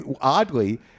oddly